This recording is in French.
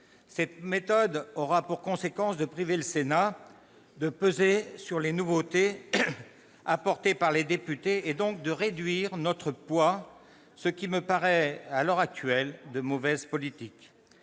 Cette méthode aura pour conséquence de priver le Sénat d'une capacité de peser sur les nouveautés apportées par les députés, donc de réduire notre poids, ce qui me paraît, à l'heure actuelle, de mauvaise politique.